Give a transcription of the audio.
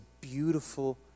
beautiful